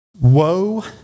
Woe